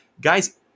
Guys